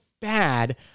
bad